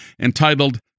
entitled